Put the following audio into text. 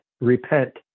repent